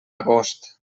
agost